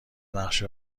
نقشه